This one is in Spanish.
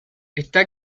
está